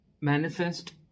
manifest